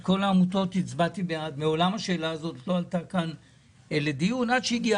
כל העמותות הצבעתי נגד ומעולם השאלה הזאת לא עלתה לדיון עד שהגיעה